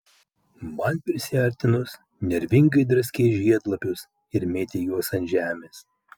man prisiartinus nervingai draskei žiedlapius ir mėtei juos ant žemės